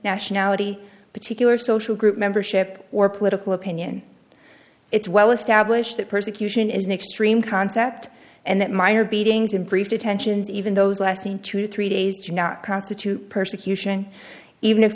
nationality particular social group membership or political opinion it's well established that persecution is an extreme concept and that minor beatings and brief detentions even those lasting two or three days do not constitute persecution even if